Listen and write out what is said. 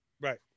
Right